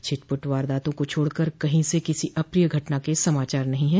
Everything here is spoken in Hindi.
छिटपुट वारदातों को छोड़कर कहीं से किसी अप्रिय घटना के समाचार नहीं है